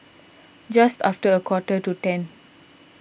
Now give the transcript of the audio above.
just after a quarter to ten